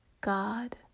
God